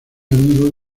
amigo